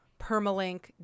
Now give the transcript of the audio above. permalink